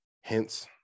Hence